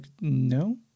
no